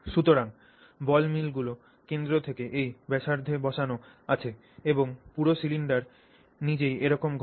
সুতরাং বল মিলগুলি কেন্দ্র থেকে এই ব্যাসার্ধে বসান আছে এবং পুরো সিলিন্ডার নিজেই এরকম ঘোরে